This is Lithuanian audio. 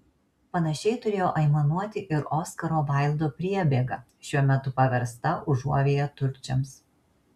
panašiai turėjo aimanuoti ir oskaro vaildo priebėga šiuo metu paversta užuovėja turčiams